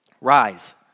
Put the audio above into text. Rise